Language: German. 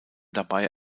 dabei